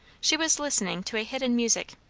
she was listening to hidden music.